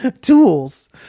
tools